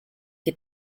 que